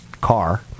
car